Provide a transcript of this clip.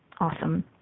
Awesome